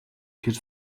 тэр